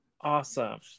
Awesome